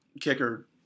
kicker